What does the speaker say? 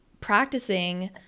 practicing